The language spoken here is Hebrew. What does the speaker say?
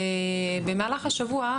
במהלך השבוע,